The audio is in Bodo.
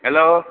हेलौ